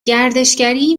گردشگری